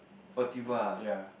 oh tuba